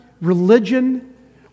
religion